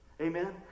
Amen